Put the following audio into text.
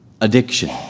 addiction